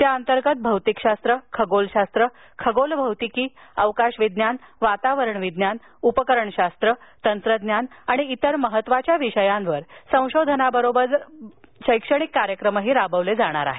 त्या अंतर्गत भौतिकशास्त्र खगोलशास्त्र खगोलभौतिकी अवकाश विज्ञान वातावरण विज्ञान उपकरणशास्त्र तंत्रज्ञान आणि इतर महत्वाच्या विषयांवर संशोधनाबरोबरच शैक्षणिक कार्यक्रम राबविले जाणार आहेत